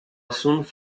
assunto